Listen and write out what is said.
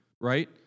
right